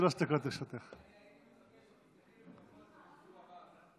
אני מבקש לשמוע את התודות למנסור עבאס.